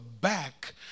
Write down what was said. back